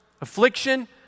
affliction